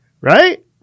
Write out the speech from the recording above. right